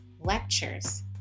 lectures